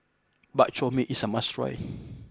Bak Chor Mee is a must try